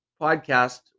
podcast